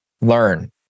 learn